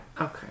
Okay